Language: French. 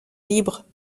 libre